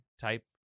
type